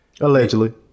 Allegedly